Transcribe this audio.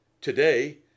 Today